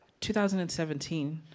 2017